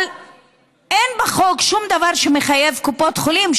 אבל אין בחוק שום דבר שמחייב קופות חולים,